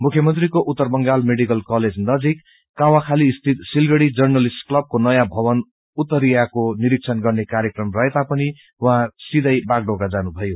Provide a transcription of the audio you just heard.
मुख्यमंत्रीको उत्तर Bengal medical college नजिक कावाखाली स्थित सिलगडी जर्नलिष्ट क्लबको नयाँ भवन उत्तरियाको निरीक्षण गर्ने कार्यक्रम रहेता प ि उहाँ सिधै बागडोगरा जान्रीायो